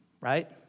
right